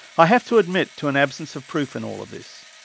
i have to admit to an absence of proof in all of this.